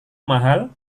mahal